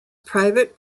private